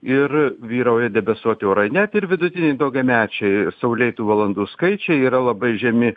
ir vyrauja debesuoti orai net ir vidutiniai daugiamečiai saulėtų valandų skaičiai yra labai žemi